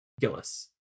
Gillis